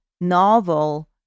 novel